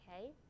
okay